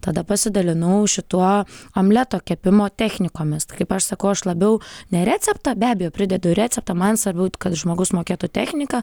tada pasidalinau šituo omleto kepimo technikomis kaip aš sakau aš labiau ne receptą be abejo pridedu ir receptą man svarbiau kad žmogus mokėtų techniką